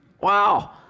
Wow